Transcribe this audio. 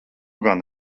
gan